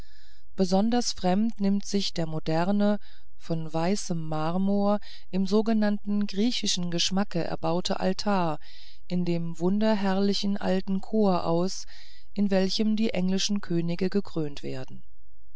besonders fremd nimmt sich der moderne von weißem marmor im sogenannten griechischen geschmacke erbaute altar in dem wunderherrlichen alten chor aus in welchem die englischen könige gekrönt werden